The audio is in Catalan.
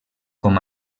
com